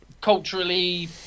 culturally